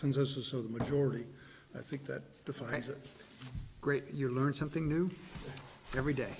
consensus of the majority i think that defines it great you learn something new every day